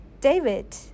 David